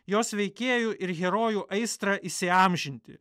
jos veikėjų ir herojų aistrą įsiamžinti